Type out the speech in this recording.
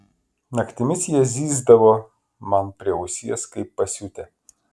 naktimis jie zyzdavo man prie ausies kaip pasiutę